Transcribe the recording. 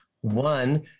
One